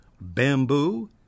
bamboo